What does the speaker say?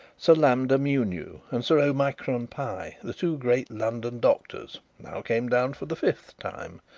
sir lamda mewnew and sir omicron pie, the two great london doctors, now came down for the fifth time,